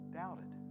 doubted